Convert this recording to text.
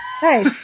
Hey